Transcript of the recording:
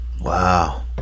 wow